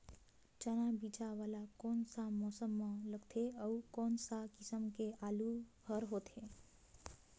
चाना बीजा वाला कोन सा मौसम म लगथे अउ कोन सा किसम के आलू हर होथे?